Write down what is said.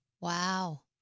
Wow